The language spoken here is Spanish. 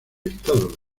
estado